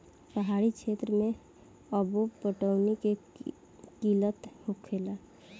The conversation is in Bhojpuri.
पहाड़ी क्षेत्र मे अब्बो पटौनी के किल्लत होखेला